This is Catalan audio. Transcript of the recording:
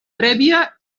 prèvia